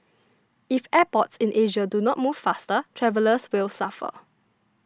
if airports in Asia do not move faster travellers will suffer